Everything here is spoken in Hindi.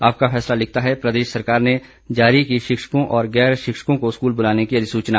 आपका फैसला लिखता है प्रदेश सरकार ने जारी की शिक्षकों और गैर शिक्षकों को स्कूल बुलाने की अधिसूचना